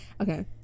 Okay